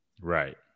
Right